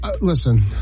Listen